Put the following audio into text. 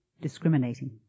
discriminating